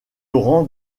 rend